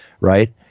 right